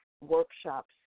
workshops